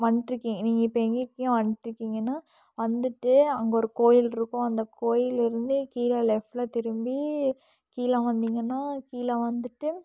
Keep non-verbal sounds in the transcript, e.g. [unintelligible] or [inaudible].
வந்துட்ருக்கீங்க நீங்கள் இப்போ [unintelligible] வந்துட்ருக்கீங்கன்னா வந்துட்டு அங்கே ஒரு கோயிலிருக்கும் அந்த கோயில்லிருந்தே கீழே லெஃப்டில் திரும்பி கீழே வந்தீங்கன்னா கீழே வந்துட்டு